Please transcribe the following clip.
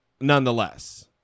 nonetheless